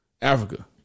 Africa